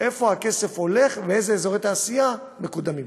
לאן הכסף הולך ואיזה אזורי תעשייה מקודמים.